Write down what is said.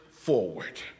forward